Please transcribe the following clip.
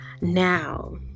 Now